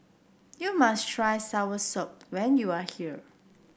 you must try Soursop when you are here